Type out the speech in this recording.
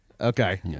okay